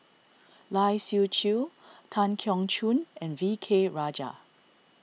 Lai Siu Chiu Tan Keong Choon and V K Rajah